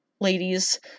ladies